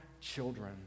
children